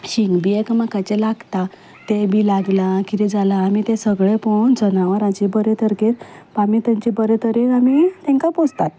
शींग बी एकामेकाचें लागता तें बी लागलां कितें जालां आमी तें सगळें पळोवून जनावरांची बरे तरकेन आमी तेंची बरे तरेन आनी तेंकां पोसतात